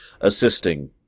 assisting